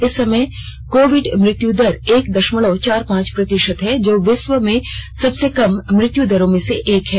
इस समय कोविड मृत्यु दर एक दशमलव चार पांच प्रतिशत है जो विश्व में सबसे कम मृत्यु दरों में से एक है